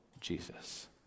Jesus